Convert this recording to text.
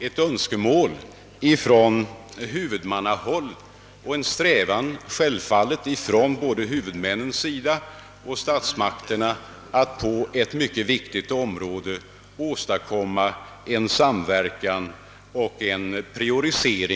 Jag skall sedan inte direkt ta upp en fråga som flera talare varit inne på, nämligen vikten av att den förebyggande mödraoch barnavården samt familjerådgivningen blir tillräckligt uppmärksammade.